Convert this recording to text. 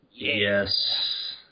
Yes